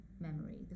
Memory